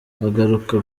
agaruka